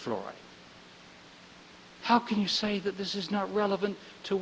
flora how can you say that this is not relevant to